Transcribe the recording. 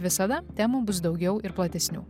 visada temų bus daugiau ir platesnių